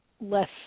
less